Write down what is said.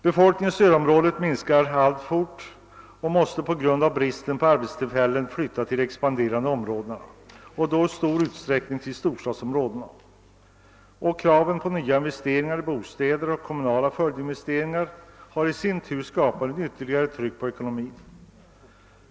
Befolkningen i stödområdet minskar alltfort och måste på grund av bristen på arbetstillfällen flytta till de expan derande områdena, och då i stor utsträckning till storstadsområdena. Kravet på nya investeringar i bostäder och kommunala följdinvesteringar har i sin tur skapat ett ytterligare tryck på ekonomin.